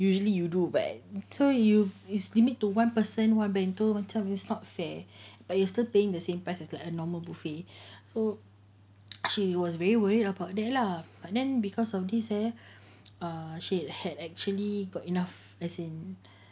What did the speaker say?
usually you do but so you is you limit to one person one bento macam is not fair but they still paying the same price as the normal buffet so she was very worried about that lah but then because of this eh err she had actually got enough as in